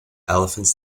elephants